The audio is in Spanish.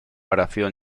oración